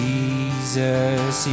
Jesus